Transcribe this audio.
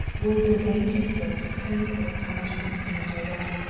words are vain to express the panic of astonishment in which i write.